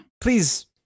Please